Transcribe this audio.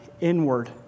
inward